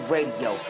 Radio